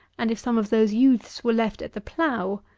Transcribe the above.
and if some of those youths were left at the plough,